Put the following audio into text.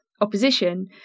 opposition